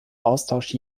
austausch